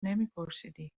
نمیپرسیدی